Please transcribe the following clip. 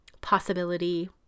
possibility